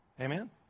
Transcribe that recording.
Amen